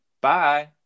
Bye